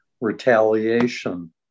retaliation